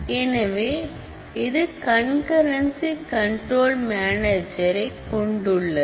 எனவே இது கண்காட்சி கண்ட்ரோல் மேனேஜரை கொண்டுள்ளது